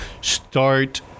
start